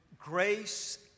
grace